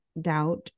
doubt